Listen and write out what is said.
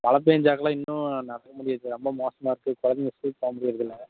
மழை பேய்ஞ்சாக்கல்லாம் இன்னும் நடக்கவே முடியாது ரொம்ப மோசமாக இருக்குது குழந்தைங்க ஸ்கூலுக்கு போக முடிகிறதில்ல